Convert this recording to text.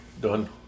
Done